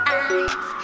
eyes